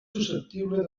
susceptible